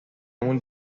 مون